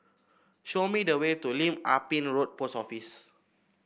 show me the way to Lim Ah Pin Road Post Office